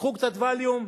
תיקחו קצת "וליום",